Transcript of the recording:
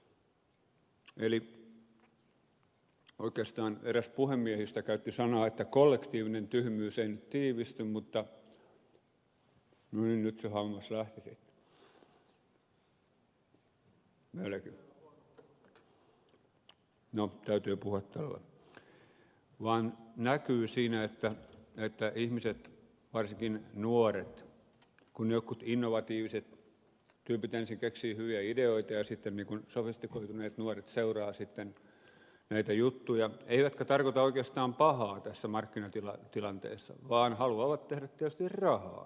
eli oikeastaan eräs puhemiehistä käytti sanaa että kollektiivinen tyhmyys ei nyt tiivisty mutta no niin nyt se hammas lähtee melkein no täytyy puhua tällä lailla se vaan näkyy siinä että ihmiset varsinkin nuoret sofistikoituneet nuoret kun jotkut innovatiiviset tyypit ensin keksivät hyviä ideoita ja sitten kun sofistikoituneet nuoret seuraa seuraavat näitä juttuja eivätkä tarkoita oikeastaan pahaa tässä markkinatilanteessa vaan haluavat tehdä tietysti rahaa